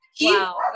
Wow